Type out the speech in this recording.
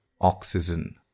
Oxygen